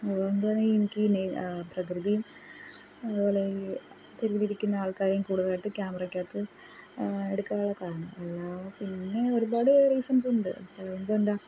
അതുകൊണ്ടന്നെ എനിക്കീ നെ പ്രകൃതീം അതുപോലെ ഈ തെരുവിലിരിക്കുന്ന ആൾക്കാരേം കൂടുതലായിട്ട് ക്യാമറയ്ക്കകത്ത് എടുക്കാനക്കെ കാരണം പിന്നെ ഒരുപാട് റീസൺസുണ്ട് ഇപ്പോൾ എന്ത